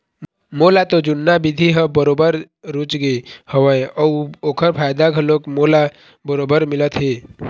मोला तो जुन्ना बिधि ह बरोबर रुचगे हवय अउ ओखर फायदा घलोक मोला बरोबर मिलत हे